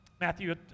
Matthew